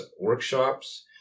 workshops